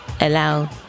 allow